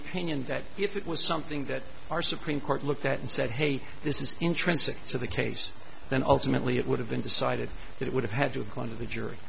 opinion that if it was something that our supreme court looked at and said hey this is intrinsic to the case then ultimately it would have been decided that it would have had to apply to the jury